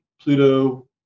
Pluto